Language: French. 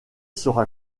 sera